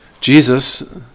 Jesus